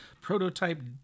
prototype